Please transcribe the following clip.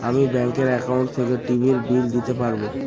আমি ব্যাঙ্কের একাউন্ট থেকে টিভির বিল দিতে পারবো